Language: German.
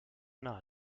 nahe